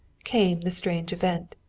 came the strange event.